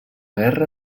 guerra